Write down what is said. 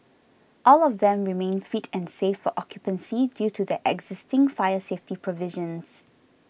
all of them remain fit and safe for occupancy due to their existing fire safety provisions